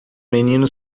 menino